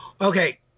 okay